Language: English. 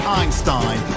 Einstein